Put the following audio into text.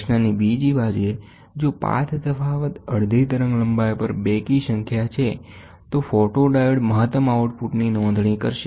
પ્રશ્નની બીજી બાજુએ જો પાથ તફાવત અડધી તરંગલંબાઇ પર બેકી સંખ્યા છે તો ફોટોડાયોડ મહત્તમ આઉટપુટની નોંધણી કરશે